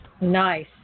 Nice